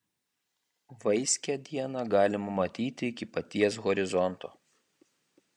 vaiskią dieną galima matyti iki paties horizonto